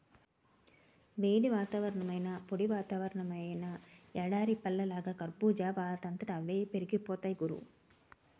వేడి వాతావరణమైనా, పొడి వాతావరణమైనా ఎడారి పళ్ళలాగా కర్బూజా వాటంతట అవే పెరిగిపోతాయ్ గురూ